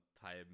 time